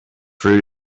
fruit